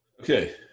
Okay